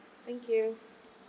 thank you